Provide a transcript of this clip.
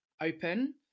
open